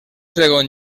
segon